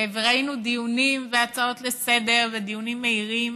וראינו דיונים והצעות לסדר-היום ודיונים מהירים